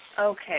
okay